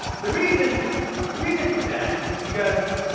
the reason the reason for that is because